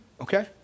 Okay